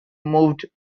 moved